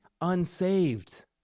unsaved